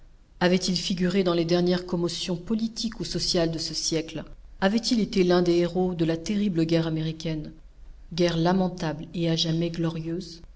avait-il figuré dans les dernières commotions politiques ou sociales de ce siècle avait-il été l'un des héros de la terrible guerre américaine guerre lamentable et à jamais glorieuse